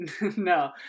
no